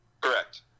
Correct